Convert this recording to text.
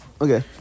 okay